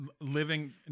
living